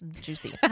juicy